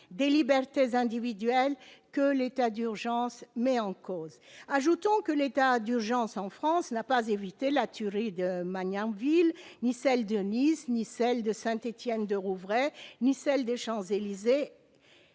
des libertés individuelles que l'état d'urgence met en cause. Ajoutons que l'état d'urgence en France n'a pas évité la tuerie de Magnanville, ni celles de Nice, de Saint-Étienne-du-Rouvray, des Champs-Élysées,